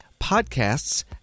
podcasts